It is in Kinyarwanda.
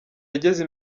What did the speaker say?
yageze